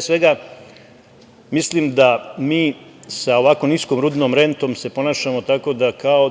svega, mislim da mi sa ovako niskom rudnom rentom se ponašamo tako da kao